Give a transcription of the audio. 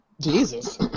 Jesus